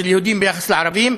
של יהודים ביחס לערבים,